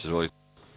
Izvolite.